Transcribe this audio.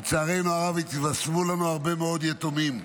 לצערנו הרב, התווספו לנו הרבה מאוד יתומים.